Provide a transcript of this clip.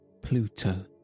Pluto